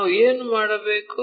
ನಾವು ಏನು ಮಾಡಬೇಕು